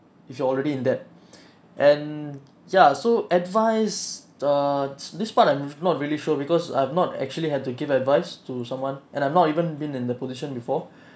if you're already in debt and ya so advice uh this part I'm not really sure because I'm not actually had to give advice to someone and I'm not even been in the position before